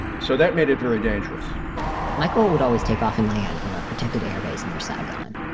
so that made it very dangerous michael would always take off and land from a protected airbase near saigon.